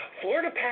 Florida